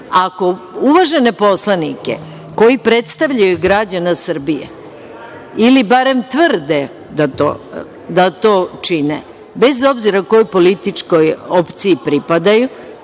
uvažene poslanike koji predstavljaju građane Srbije ili barem tvrde da to čine, bez obzira kojoj političkoj opciji pripadaju,